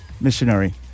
Missionary